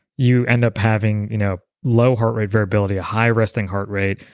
you end up having you know low heart rate variability, a high resting heart rate,